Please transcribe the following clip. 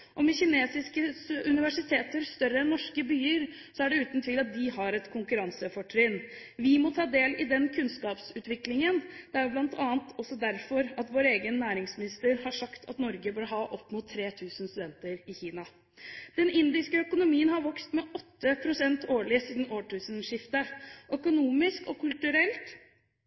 kinesiske universiteter større enn norske byer har de uten tvil et konkurransefortrinn. Vi må ta del i denne kunnskapsutviklingen, og det er bl.a. også derfor vår egen næringsminister har sagt at Norge bør ha opp mot 3 000 studenter i Kina. Den indiske økonomien har vokst med 8 pst. årlig siden årtusenskiftet, og økonomisk, kulturelt og